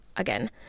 again